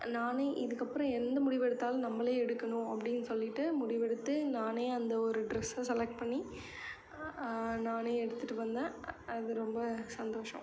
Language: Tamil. நான் இதுக்கப்புறம் எந்த முடிவெடுத்தாலும் நம்பளே எடுக்கணும் அப்படின் சொல்லிட்டு முடிவெடுத்து நானே அந்த ஒரு ட்ரெஸ்ஸை செலக்ட் பண்ணி நானே எடுத்துட்டு வந்தேன் அது ரொம்ப சந்தோஷம்